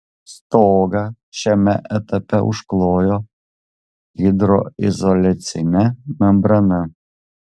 stogą šiame etape užklojo hidroizoliacine membrana